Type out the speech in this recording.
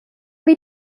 wie